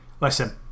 listen